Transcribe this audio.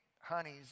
honeys